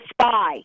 spy